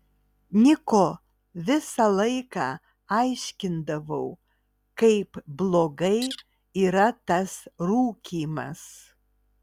niko visą laiką aiškindavau kaip blogai yra tas rūkymas